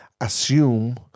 assume